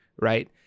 right